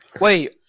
wait